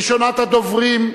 ראשונת הדוברים,